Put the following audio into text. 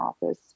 office